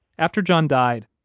after john died,